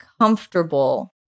comfortable